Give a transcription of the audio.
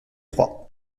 trois